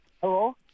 Hello